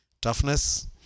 toughness